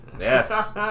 Yes